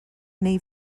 neu